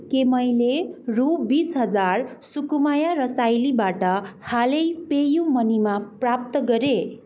के मैले रु बिस हजार सुकुमाया रसाइलीबाट हालै पेयू मनीमा प्राप्त गरेँ